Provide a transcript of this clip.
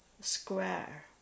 square